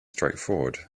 straightforward